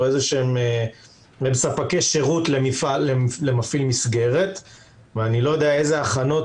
הם ספקי שירות למפעיל מסגרת ואני לא יודע אילו הכנות,